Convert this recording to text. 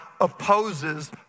opposes